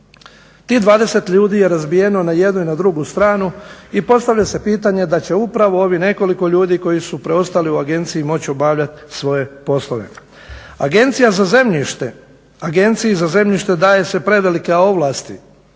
Ti 20 ljudi je razbijeno na jednu i na drugu stranu i postavlja se pitanje da će upravo ovih nekoliko ljudi koji su preostali u agenciji moći obavljati svoje poslove. Agenciji za zemljište daje se prevelike ovlasti